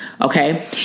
Okay